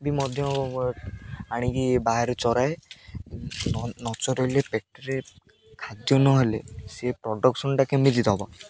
ବି ମଧ୍ୟ ଆଣିକି ବାହାରୁ ଚରାଏ ନ ଚରଇଲେ ପେଟରେ ଖାଦ୍ୟ ନହେଲେ ସେ ପ୍ରଡ଼କ୍ସନଟା କେମିତି ଦେବ